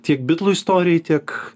tiek bitlų istorijai tiek